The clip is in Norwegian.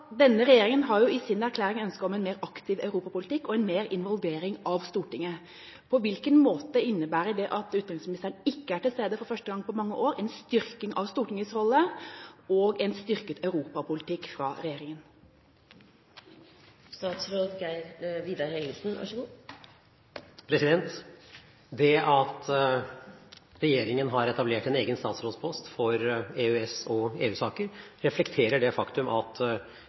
Denne regjeringa har i sin erklæring et ønske om en mer aktiv europapolitikk og mer involvering av Stortinget. På hvilken måte innebærer det at utenriksministeren ikke er til stede – for første gang på mange år – en styrking av Stortingets rolle og en styrket europapolitikk fra regjeringas side? Det at regjeringen har etablert en egen statsrådspost for EØS- og EU-saker reflekterer det faktum at